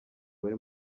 bari